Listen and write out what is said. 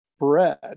bread